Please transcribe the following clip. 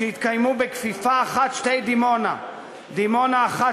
שיתקיימו בכפיפה אחת שתי דימונה: דימונה אחת